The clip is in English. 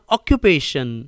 Occupation